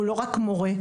הוא לא רק מורה.